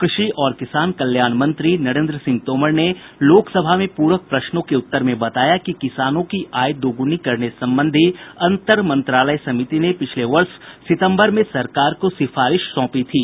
कृषि और किसान कल्याण मंत्री नरेन्द्र सिंह तोमर ने लोकसभा में पूरक प्रश्नों के उत्तर में बताया कि किसानों की आय दोगुनी करने संबंधी अंतर मंत्रालय समिति ने पिछले वर्ष सितम्बर में सरकार को सिफारिश सौंपी थी